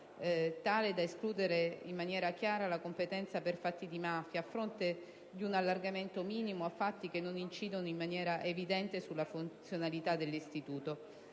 tale da escludere in maniera chiara la competenza per fatti di mafia a fronte di un allargamento minimo a fatti che non incidono in maniera evidente sulla funzionalità dell'organismo.